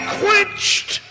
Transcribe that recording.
quenched